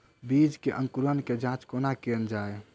बीज केँ अंकुरण केँ जाँच कोना केल जाइ?